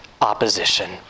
opposition